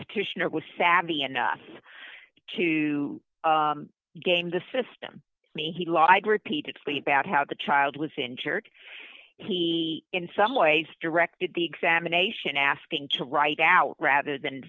petitioner was savvy enough to game the system may he lied repeatedly bad how the child was injured he in some ways directed the examination asking to write out rather than